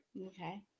Okay